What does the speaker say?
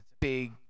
big